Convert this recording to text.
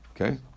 Okay